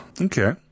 Okay